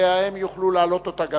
והם יוכלו להעלות גם אותה.